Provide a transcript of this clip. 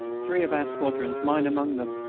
three of our squadrons, mine among them,